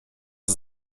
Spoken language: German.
ist